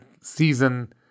season